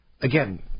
Again